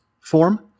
form